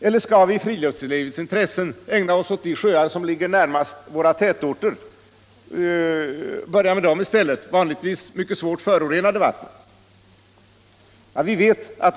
Eller skall vi i friluftslivets intressen i stället ägna oss åt de sjöar som ligger närmast våra tätorter och börja med deras ofta mycket svårt förorenade vatten?